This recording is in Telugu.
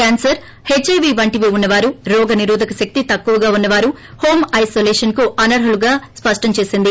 కేన్సర్ హెచ్ ఐ వి వంటివి ఉన్స వారు ోరోగ నిరోధక శక్తి తక్కువగా ఉన్నవారు హోం ఐసోలేషన్ కు అనర్ఖులు అని స్పష్టం చేసింది